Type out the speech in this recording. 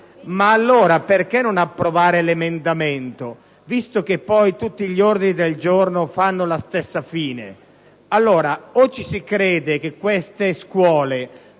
allora perché non approvare l'emendamento 1*-bis*.0.1, visto che poi tutti gli ordini del giorno fanno la stessa fine.